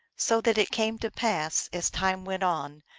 so that it came to pass, as time went on,